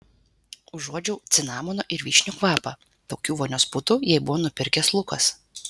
užuodžiau cinamono ir vyšnių kvapą tokių vonios putų jai buvo nupirkęs lukas